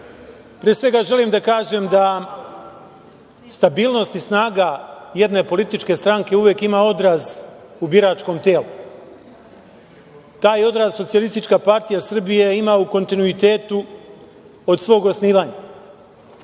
pre. Pre svega želim da kažem da stabilnost i snaga jedne političke stranke uvek ima odraz u biračkom telu. Taj odraz SPS ima u kontinuitetu od svog osnivanja,